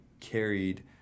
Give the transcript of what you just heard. carried